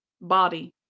body